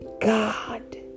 God